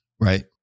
right